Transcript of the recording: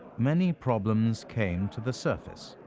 many problems came to the surface.